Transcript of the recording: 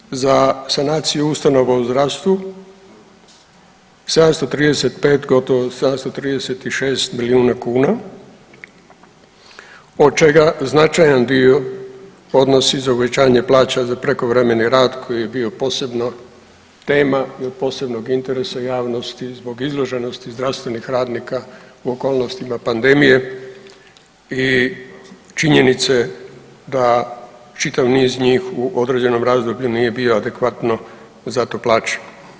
Isto tako za sanaciju ustanova u zdravstvu 735, gotovo 736 milijuna kuna od čega značajan dio odnosi na uvećanje plaća za prekovremeni rad koji je bio posebno tema i od posebnog interesa javnosti zbog izloženosti zdravstvenih radnika u okolnostima pandemije i činjenice da čitav niz njih u određenom razdoblju nije bio adekvatno za to plaćen.